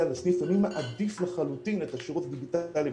לסניף ומי מעדיף לחלוטין את השירות הדיגיטלי.